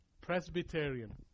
Presbyterian